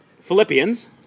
philippians